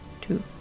two